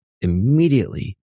immediately